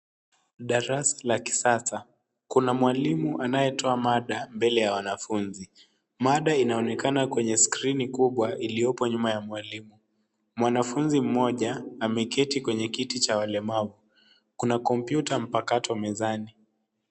Darasa la kisasa, kuna mwalimu anayetoa mada mbele ya wanafunzi mada inaonekana kwenye skrini kubwa iliyopo nyuma ya mwalimu, mwanafunzi mmoja ameketi kwenye kiti cha walemavu, kuna kompyuta mpakato mezani.